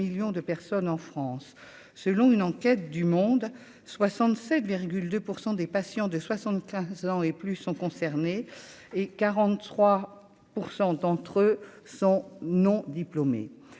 de personnes en France, selon une enquête du monde, 67 2 pour 100 des patients de 75 ans et plus, sont concernés et 43 % d'entre eux sont non diplômés,